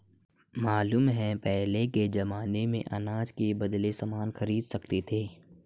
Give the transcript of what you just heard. मालूम है पहले के जमाने में अनाज के बदले सामान खरीद सकते थे